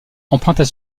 empruntent